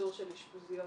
פיזור של אשפוזיות